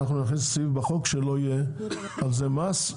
אנחנו נכניס סעיף בחוק שלא יהיה על זה מס,